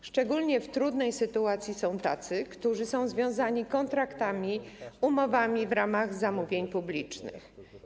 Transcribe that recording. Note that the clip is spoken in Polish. W szczególnie trudnej sytuacji są tacy, którzy są związani kontraktami, umowami w ramach zamówień publicznych.